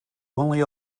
only